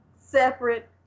separate